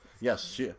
Yes